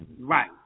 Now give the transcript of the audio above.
Right